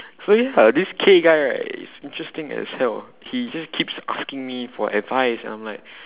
so ya this K guy right is interesting as hell he just keeps asking me for advice and I'm like